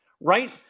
Right